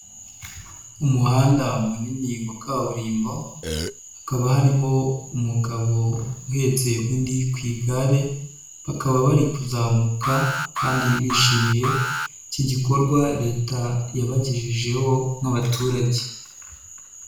uUmuhanda munini wa kaburimbo, hakaba harimo umugabo uhetse undi ku igare, bakaba bari kuzamuka kandi bishimiye iki gikorwa leta yabagejejeho nk'abaturage.